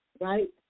right